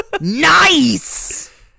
Nice